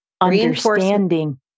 understanding